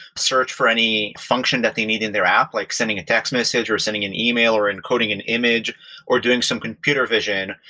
search for any function that they need in their app, like sending a text message or sending an email or encoding an image or doing some computer vision,